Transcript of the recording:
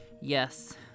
Yes